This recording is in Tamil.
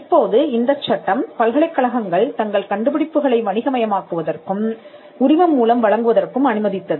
இப்போது இந்தச் சட்டம் பல்கலைக்கழகங்கள் தங்கள் கண்டுபிடிப்புகளை வணிக மயமாக்குவததற்கும் உரிமம் மூலம் வழங்குவதற்கும் அனுமதித்தது